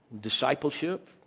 Discipleship